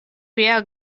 via